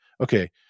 okay